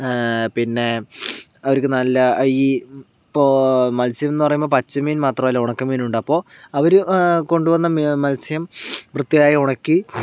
പിന്നെ അവർക്ക് നല്ല ഈ ഇപ്പോൾ മത്സ്യമെന്ന് പറയുമ്പോൾ പച്ച മീൻ മാത്രല്ല ഉണക്കമീനൊണ്ട് അപ്പോൾ അവര് കൊണ്ട് വന്ന മത്സ്യം വൃത്തിയായി ഒണക്കി